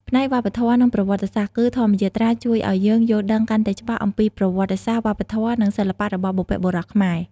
ផ្នែកវប្បធម៌ និងប្រវត្តិសាស្ត្រ គឺ ធម្មយាត្រាជួយឲ្យយើងយល់ដឹងកាន់តែច្បាស់អំពីប្រវត្តិសាស្ត្រ វប្បធម៌ និងសិល្បៈរបស់បុព្វបុរសខ្មែរ។